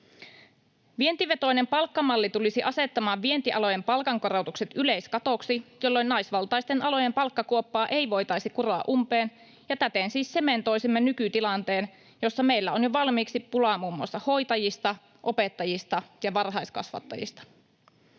Vientivetoinen palkkamalli tulisi asettamaan vientialojen palkankorotukset yleiskatoksi, jolloin naisvaltaisten alojen palkkakuoppaa ei voitaisi kuroa umpeen, ja täten siis sementoisimme nykytilanteen, jossa meillä on jo valmiiksi pulaa muun muassa hoitajista, opettajista ja varhaiskasvattajista.